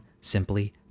simply